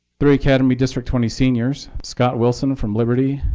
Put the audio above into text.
three academy district twenty seniors scott wilson from liberty,